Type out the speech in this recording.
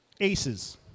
Aces